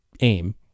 aim